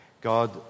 God